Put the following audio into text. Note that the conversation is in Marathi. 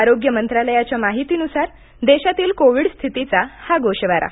आरोग्य मंत्रालयाच्या माहितीनुसार देशातील कोविड स्थितीचा हा गोषवारा